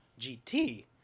gt